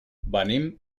venim